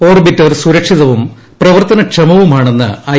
orbiter സുരക്ഷിതവും പ്രവർത്ത്നക്ഷമവുമാണെന്ന് I